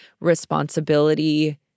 responsibility